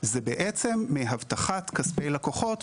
זה בעצם מהבטחת כספי לקוחות.